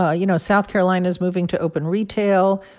ah you know, south carolina's moving to open retail.